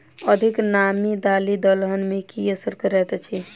अधिक नामी दालि दलहन मे की असर करैत अछि?